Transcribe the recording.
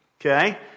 okay